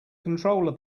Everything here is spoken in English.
controller